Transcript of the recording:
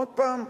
עוד פעם,